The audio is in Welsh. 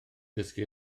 dysgu